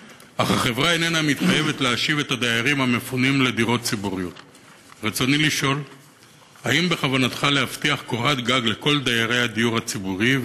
1. האם בכוונתך להבטיח קורת גג לכל דיירי הדיור הציבורי?